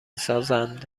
سازند